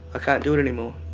can't do it anymore.